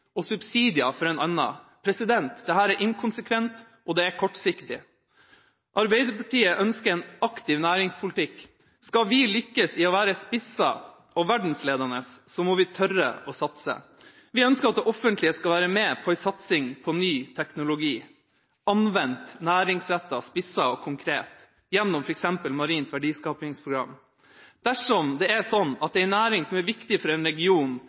og subsidier for en annen? Dette er inkonsekvent, og det er kortsiktig. Arbeiderpartiet ønsker en aktiv næringspolitikk. Skal vi lykkes i å være spisset og verdensledende, må vi tørre å satse. Vi ønsker at det offentlige skal være med på en satsing på ny teknologi – anvendt, næringsrettet, spisset og konkret – gjennom f.eks. Marint verdiskapingsprogram. Dersom det er sånn at en næring som er viktig for en region